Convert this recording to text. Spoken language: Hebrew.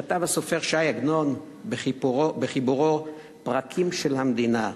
כתב הסופר ש"י עגנון בחיבורו "פרקים של המדינה":